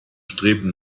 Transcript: strebten